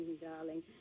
darling